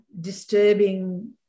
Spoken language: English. disturbing